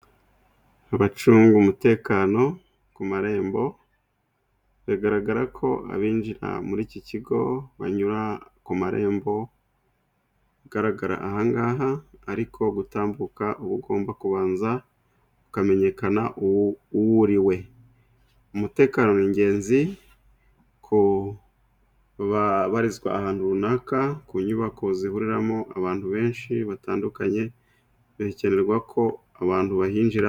Abacunga umutekano ku marembo, bigaragarako abinjira muri iki kigo banyura kumarembo agaragara ahangaha, ariko gutambuka ub'ugomba kubanza ukamenyekana uw'uriwe. umutekano ni ingenzi ku babarizwa ahantu runaka, ku nyubako zihuriramo abantu benshi batandukanye, bikenerwa ko abantu bahinjiramo.